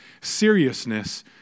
seriousness